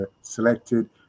selected